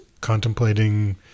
contemplating